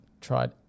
tried